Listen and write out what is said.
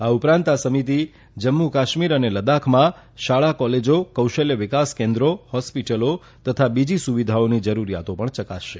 આ ઉપરાંત આ સમિતી જમ્મુ કાશ્મીર લદ્દાખમાં શાળા કોલેજા કૌશલ્ય વિકાસ કેન્દ્રો હોસ્પીટલો તથા બીજી સુવિધાઓની જરૂરીયાત પણ ચકાસશે